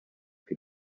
que